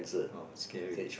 oh scary